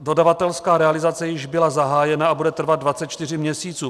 Dodavatelská realizace již byla zahájena a bude trvat 24 měsíců.